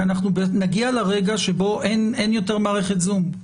אנחנו נגיע לרגע שבו אין יותר מערכת זום.